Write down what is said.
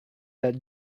that